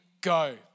go